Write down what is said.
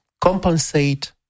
compensate